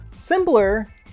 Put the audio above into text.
Simpler